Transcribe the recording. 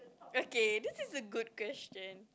okay this is a good question